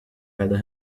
better